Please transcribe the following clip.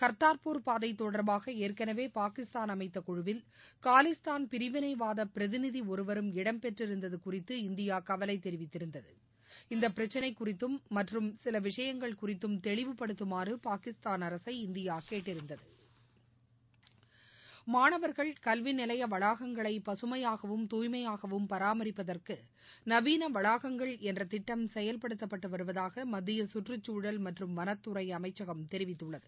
கர்த்தார்பூர் பாதை தொடர்பாக ஏற்கனவே பாகிஸ்தாள் அமைத்த குழுவில் காலிஸ்தான் பிரிவினைவாத பிரதிநிதி ஒருவரும் இடம்பெற்றிருந்தது குறித்து இந்தியா கவலை தெரவித்திருந்தது இந்த பிரக்களை குறித்தும் மற்றும் சில விஷயங்கள் குறித்தும் தெளிவ படுத்துமாறு பாகிஸ்தான் அரசை இந்தியா கேட்டிருந்தது மாணவர்கள் கல்வி நிலைய வளாகங்களை பசுமையாகவும் தூய்மையாகவும் பராமரிப்பதற்கு நவீன வளாகங்கள் என்ற திட்டம் செயல்படுத்தப்பட்டு வருவதாக மத்திய கற்றுக்சூழல் மற்றும் வனத்துறை அமைச்சகம் தெரிவித்துள்ளது